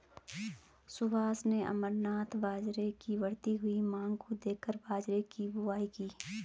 सुभाष ने अमरनाथ बाजरे की बढ़ती हुई मांग को देखकर बाजरे की बुवाई की